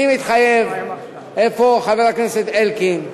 אני מתחייב, חבר הכנסת אלקין,